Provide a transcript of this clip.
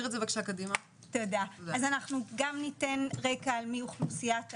אז אנחנו גם ניתן רקע על מי זו אוכלוסיית האגף,